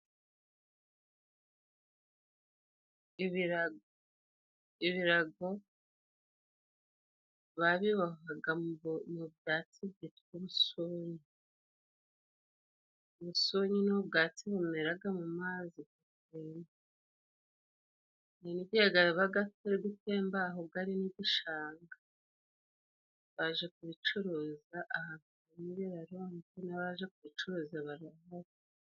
Ibirago, ibirago babibohaga mu byatsi byitwa ibusunu, ubusunu ni ubwatsi bumera mu mazi atemba ,aho ni mugishanga, baje kubicuruza ,aha hari ibirago kuko abaje kubicuruza.